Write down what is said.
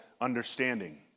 understanding